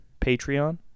Patreon